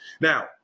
Now